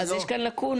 אז יש כאן לקונה.